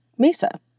Mesa